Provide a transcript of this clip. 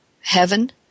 heaven